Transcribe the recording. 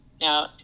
Now